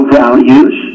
values